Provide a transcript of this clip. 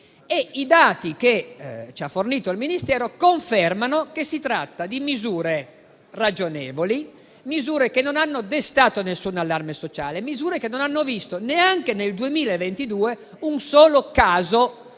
I dati che ci ha fornito il Ministero confermano che si tratta di misure ragionevoli, che non hanno destato alcun allarme sociale e non hanno visto, neanche nel 2022, un solo caso